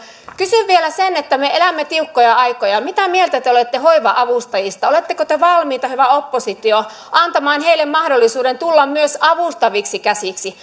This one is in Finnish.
kysyn vielä koska me elämme tiukkoja aikoja mitä mieltä te te olette hoiva avustajista oletteko te valmiita hyvä oppositio antamaan heille mahdollisuuden tulla avustaviksi käsiksi